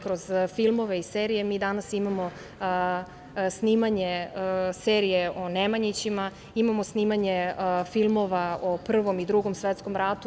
Kroz filmove i serije mi danas imamo snimanje serije o Nemanjićima, imamo snimanje filmova o Prvom i Drugom svetskom ratu.